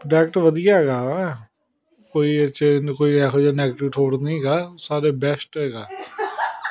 product ਵਧੀਆ ਹੈਗਾ ਵਾ ਕੋਈ ਇਹਦੇ 'ਚ ਕੋਈ ਇਹੋ ਜਿਹਾ ਨੈਗਟਿਵ ਥੋਟ ਨਹੀਂ ਹੈਗਾ ਸਾਰੇ ਬੈਸਟ ਹੈਗਾ